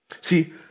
See